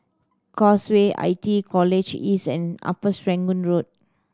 Causeway I T E College East and Upper Serangoon Road